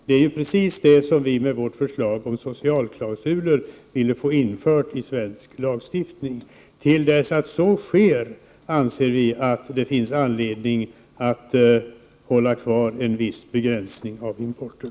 Det är precis det som vi med vårt förslag om socialklausuler ville få infört i svensk lagstiftning. Till dess det sker, anser vi att det finns anledning att bibehålla en viss begränsning av importen.